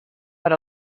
per